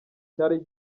cyari